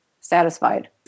satisfied